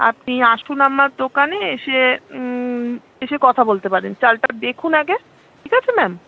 আপনি আসুন আমার দোকানে এসে এসে কথা বলতে পারেন চালটা দেখুন আগে ঠিক আছে ম্যাম